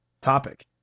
topic